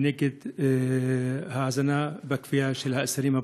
נגד ההזנה בכפייה של האסירים הביטחוניים,